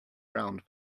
round